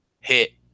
hit